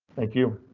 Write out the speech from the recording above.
thank you.